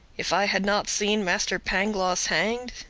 if i had not seen master pangloss hanged,